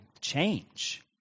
change